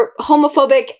homophobic